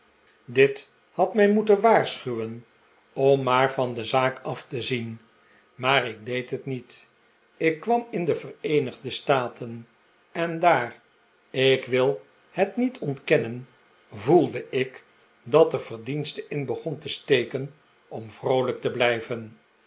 dit had mij moeten waarschuwen om maar van de zaak af te zien maar ik deed het niet ik kwam in de vereenigde staten en daar ik wil het niet ontkennen voelde ik dat er verdienste in begon te steken om vroolijk te blijven